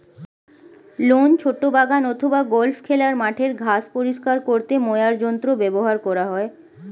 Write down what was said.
loan, ছোট বাগান অথবা গল্ফ খেলার মাঠের ঘাস পরিষ্কার করতে মোয়ার যন্ত্র ব্যবহার করা হয়